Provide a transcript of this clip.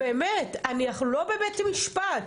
אנחנו לא בבית משפט.